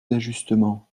d’ajustement